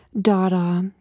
Dada